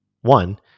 One